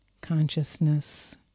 consciousness